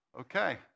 Okay